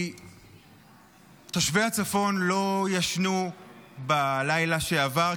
תושבי הצפון לא ישנו בלילה שעבר,